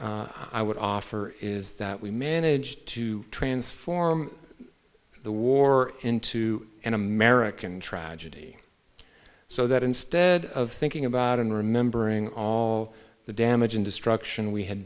i would offer is that we managed to transform the war into an american tragedy so that instead of thinking about and remembering all the damage and destruction we had